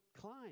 climb